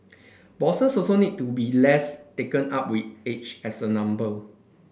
bosses also need to be less taken up with age as a number